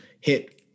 hit